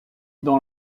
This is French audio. dans